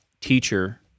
teacher